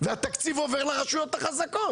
והתקציב עובר לרשויות החזקות.